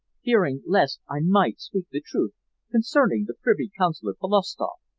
fearing lest i might speak the truth concerning the privy-councillor polovstoff,